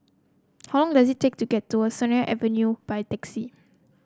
how long does it take to get to Sennett Avenue by taxi